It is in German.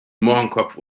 mohrenkopf